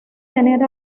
tener